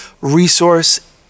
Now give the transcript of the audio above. resource